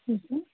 ਹੂੰ ਹੂੰ